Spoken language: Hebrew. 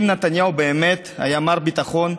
אם נתניהו באמת היה מר ביטחון,